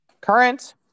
Current